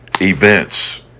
events